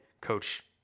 coach